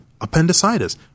appendicitis